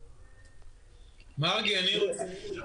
מרגי, אני רוצה.